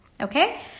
Okay